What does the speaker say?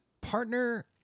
partner